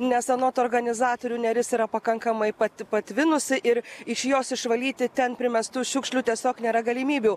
nes anot organizatorių neris yra pakankamai pat patvinusi ir iš jos išvalyti ten primestų šiukšlių tiesiog nėra galimybių